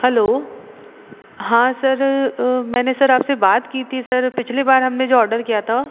hello हाँ sir मैंने sir आपसे बात की थी सर पिछली बार हमने जो ऑर्डर किया था